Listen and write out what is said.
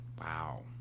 Wow